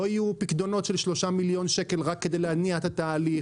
לא יהיו פקדונות של 3 מיליון שקל רק כדי להניע את התהליך,